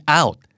out